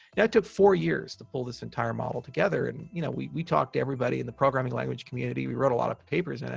yeah it took four years to pull this entire model together and, you know, we we talked to everybody in the programming language community. we wrote a lot of papers. and